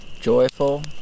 Joyful